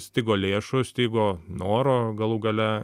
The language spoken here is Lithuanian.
stigo lėšų stigo noro galų gale